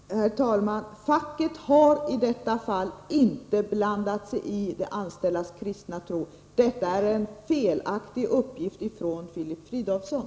Herr talman! Facket har i detta fall inte blandat sig i de anställdas kristna tro; detta är en felaktig uppgift från Filip Fridolfsson!